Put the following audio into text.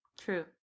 true